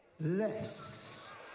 less